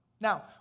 Now